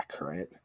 right